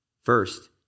First